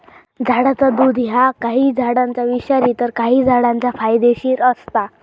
झाडाचा दुध ह्या काही झाडांचा विषारी तर काही झाडांचा फायदेशीर असता